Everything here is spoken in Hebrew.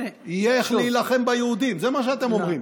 יהיה איך להילחם ביהודים, זה מה שאתם אומרים.